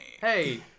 Hey